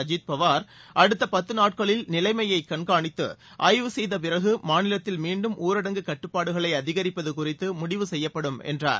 அஜீத் பவார் அடுத்த பத்து நாட்களில் நிலைமையைக் காண்காணித்து ஆய்வு செய்த பிறகுமாநிலத்தில் மீன்டும் ஊரடங்கு கட்டுபப்பாடுகளை அதிகரிப்பது குறித்து முடிவு செய்யப்படும் என்றார்